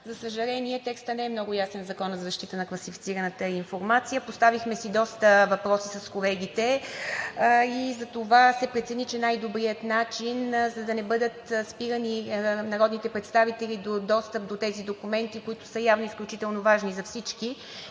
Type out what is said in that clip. За съжаление, текстът не е много ясен в Закона за защита на класифицираната информация. Поставихме си доста въпроси с колегите и затова се прецени, че най-добрият начин, за да не бъдат спирани народните представители за достъп до тези документи, които явно са изключително важни за всички